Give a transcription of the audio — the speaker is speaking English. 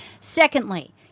Secondly